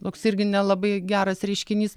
toks irgi nelabai geras reiškinys